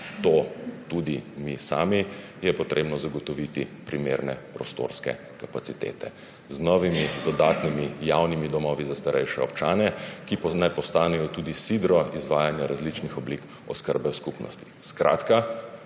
to tudi mi sami, je treba zagotoviti primerne prostorske kapacitete z novimi dodatnimi javnimi domovi za starejše občane, ki naj postanejo tudi sidro izvajanja različnih oblik oskrbe skupnosti.